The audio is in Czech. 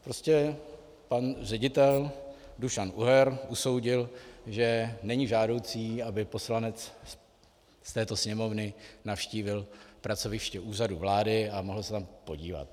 Prostě pan ředitel Dušan Uher usoudil, že není žádoucí, aby poslanec z této Sněmovny navštívil pracoviště Úřadu vlády a mohl se tam podívat.